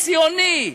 ציוני,